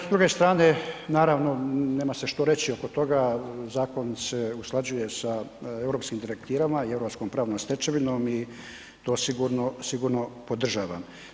S druge strane, naravno nema se što reći oko toga, zakon se usklađuje sa europskim direktivama i europskom pravnom stečevinom i to sigurno podržavam.